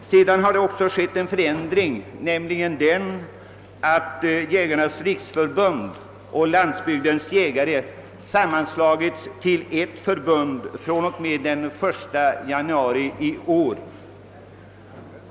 Vidare har det skett den förändringen att Jägarnas riksförbund och Landsbygdens jägare från och med den 1 januari i år har sammanslagits till ett förbund.